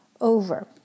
over